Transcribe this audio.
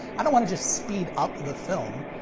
i don't want to just speed up the film!